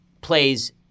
plays